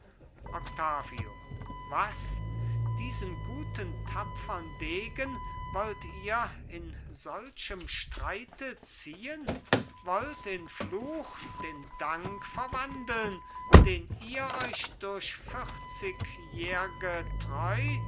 was diesen guten tapfern degen wollt ihr in solchem streite ziehn wollt in fluch den dank verwandeln den ihr euch durch vierzigjährge treu